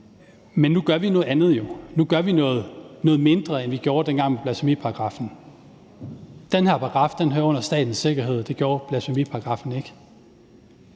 men nu gør vi jo noget andet. Nu gør vi noget mindre, end vi gjorde dengang med blasfemiparagraffen. Den her paragraf hører under statens sikkerhed, og det gjorde blasfemiparagraffen ikke.